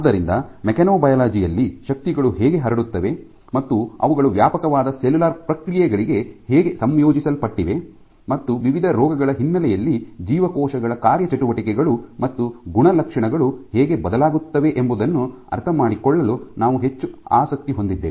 ಆದ್ದರಿಂದ ಮೆಕ್ಯಾನೊಬಯಾಲಜಿ ಯಲ್ಲಿ ಶಕ್ತಿಗಳು ಹೇಗೆ ಹರಡುತ್ತವೆ ಮತ್ತು ಅವುಗಳು ವ್ಯಾಪಕವಾದ ಸೆಲ್ಯುಲಾರ್ ಪ್ರಕ್ರಿಯೆಗಳಿಗೆ ಹೇಗೆ ಸಂಯೋಜಿಸಲ್ಪಟ್ಟಿವೆ ಮತ್ತು ವಿವಿಧ ರೋಗಗಳ ಹಿನ್ನೆಲೆಯಲ್ಲಿ ಜೀವಕೋಶಗಳ ಕಾರ್ಯಚಟುವಟಿಕೆಗಳು ಮತ್ತು ಗುಣಲಕ್ಷಣಗಳು ಹೇಗೆ ಬದಲಾಗುತ್ತವೆ ಎಂಬುದನ್ನು ಅರ್ಥಮಾಡಿಕೊಳ್ಳಲು ನಾವು ಹೆಚ್ಚು ಆಸಕ್ತಿ ಹೊಂದಿದ್ದೇವೆ